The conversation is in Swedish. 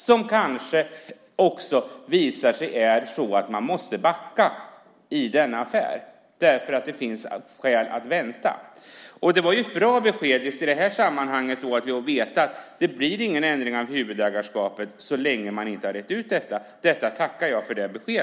Det kanske visar sig att man måste backa i denna affär eftersom det finns skäl att vänta. Det var ett bra besked att det inte blir någon ändring av huvudägarskapet så länge man inte har rett ut detta. Det beskedet tackar jag för.